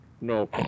No